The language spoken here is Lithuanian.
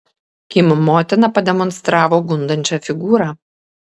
kim motina pademonstravo gundančią figūrą